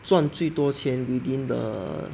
赚最多钱 within the